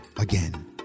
again